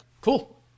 Cool